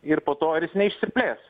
ir po to ir jis neišsiplės